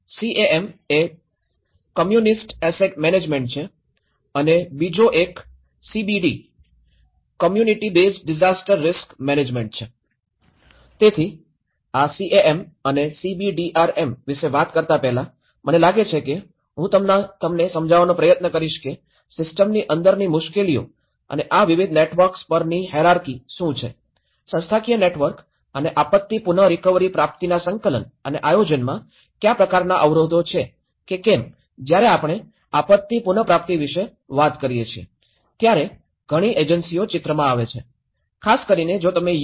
CAM એ community asset management છે અને બીજો એક CBD community based disaster risk management છે તેથી આ સીએએમ અને સીબીડીઆરએમ વિશે વાત કરતા પહેલા મને લાગે છે કે હું તમને સમજાવવાનો પ્રયત્ન કરીશ કે સિસ્ટમની અંદરની મુશ્કેલીઓ અને આ વિવિધ નેટવર્ક્સ પરની હૈરાર્કી શું છે સંસ્થાકીય નેટવર્ક અને આપત્તિ પુનરિકવરી પ્રાપ્તિના સંકલન અને આયોજનમાં કયા પ્રકારનાં અવરોધો છે કેમ કે જ્યારે આપણે આપત્તિ પુનપ્રાપ્તિ વિશે વાત કરીએ છીએ ત્યારે ઘણી એજન્સીઓ ચિત્રમાં આવે છે ખાસ કરીને જો તમે યુ